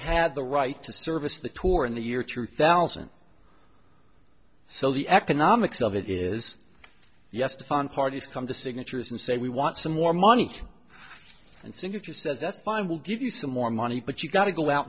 had the right to service the tour in the year two thousand so the economics of it is yes to fund parties come to signatures and say we want some more money and signatures says that's fine we'll give you some more money but you got to go out